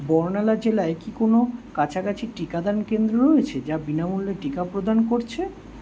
বর্নালা জেলায় কি কোনও কাছাকাছি টিকাদান কেন্দ্র রয়েছে যা বিনামূল্যে টিকা প্রদান করছে